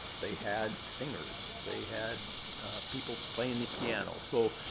they had singers. they had people playing the piano. so